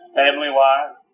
family-wise